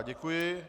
Děkuji.